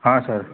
हां सर